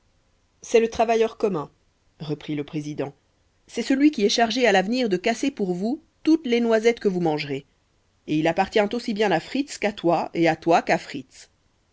c'est le travailleur commun reprit le président c'est celui qui est chargé à l'avenir de casser pour vous toutes les noisettes que vous mangerez et il appartient aussi bien à fritz qu'à toi et à toi qu'à fritz